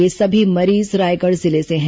ये सभी मरीज रायगढ़ जिले से है